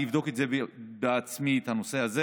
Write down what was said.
אני אבדוק בעצמי את הנושא הזה